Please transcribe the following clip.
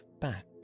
back